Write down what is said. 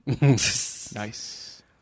Nice